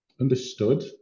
understood